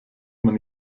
man